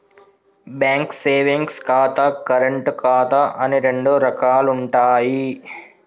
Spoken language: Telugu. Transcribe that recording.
బ్యేంకు సేవింగ్స్ ఖాతా, కరెంటు ఖాతా అని రెండు రకాలుంటయ్యి